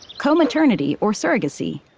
co-maternity or surrogacy.